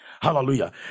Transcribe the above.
hallelujah